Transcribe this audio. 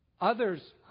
Others